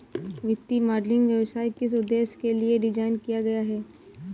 वित्तीय मॉडलिंग व्यवसाय किस उद्देश्य के लिए डिज़ाइन किया गया है?